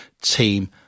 team